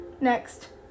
next